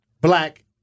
Black